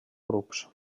grups